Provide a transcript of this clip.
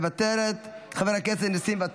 אינה נוכחת, חבר הכנסת ווליד